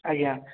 ଆଜ୍ଞା